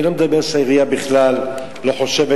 אני לא מדבר על זה שהעירייה בכלל לא חושבת